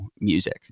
music